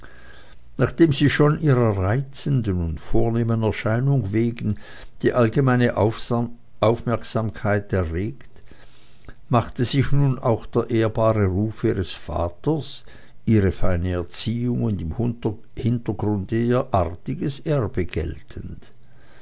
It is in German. nachdem sie schon ihrer reizenden und vornehmen erscheinung wegen die allgemeine aufmerksamkeit erregt machte sich nun auch der ehrbare ruf ihres vaters ihre feine erziehung und im hintergrunde ihr artiges erbe geltend